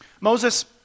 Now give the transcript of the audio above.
Moses